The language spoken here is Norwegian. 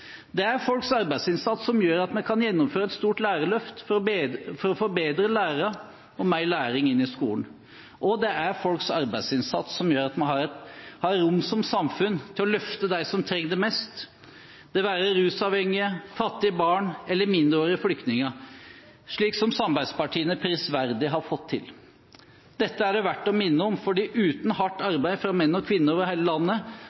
Det er folks arbeidsinnsats som gjør at vi kan gjennomføre et stort lærerløft for å få bedre lærere og få mer læring inn i skolen. Og det er folks arbeidsinnsats som gjør at vi har rom som samfunn for å løfte dem som trenger det mest – det være seg rusavhengige, fattige barn eller mindreårige flyktninger – slik som samarbeidspartiene prisverdig har fått til. Dette er det verdt å minne om, for uten hardt arbeid fra menn og kvinner over hele landet